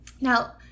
Now